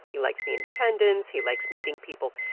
he likes the independence. he likes meeting people.